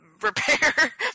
repair